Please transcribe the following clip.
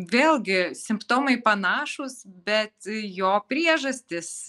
vėlgi simptomai panašūs bet jo priežastys